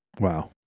Wow